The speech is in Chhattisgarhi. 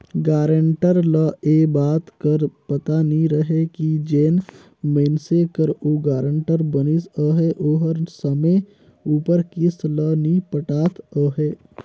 गारेंटर ल ए बात कर पता नी रहें कि जेन मइनसे कर ओ गारंटर बनिस अहे ओहर समे उपर किस्त ल नी पटात अहे